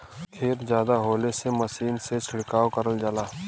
खेत जादा होले से मसीनी से छिड़काव करल जाला